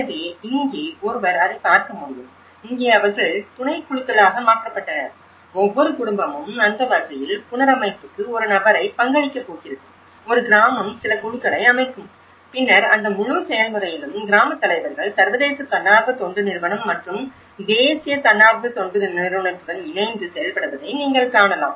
எனவே இங்கே ஒருவர் அதைப் பார்க்க முடியும் இங்கே அவர்கள் துணைக்குழுக்களாக மாற்றப்பட்டனர் ஒவ்வொரு குடும்பமும் அந்த வகையில் புனரமைப்புக்கு ஒரு நபரை பங்களிக்கப் போகிறது ஒரு கிராமம் சில குழுக்களை அமைக்கும் பின்னர் அந்த முழு செயல்முறையிலும் கிராமத் தலைவர்கள் சர்வதேச தன்னார்வ தொண்டு நிறுவனம் மற்றும் தேசிய தன்னார்வ தொண்டு நிறுவனத்துடன் இணைந்து செயல்படுவதை நீங்கள் காணலாம்